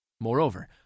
moreover